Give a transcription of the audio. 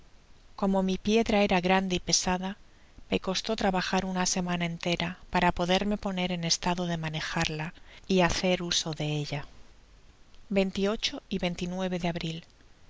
como mi piedra era grande y pesada me cosio trabajar una semana entera para poderme poner en estado de manejarla y hacer uso de ella y de abril